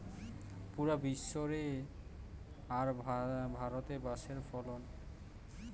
পুরা বিশ্ব রে আর ভারতে বাঁশের ফলন